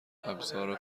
ابزار